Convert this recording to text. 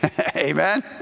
Amen